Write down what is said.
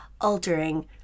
altering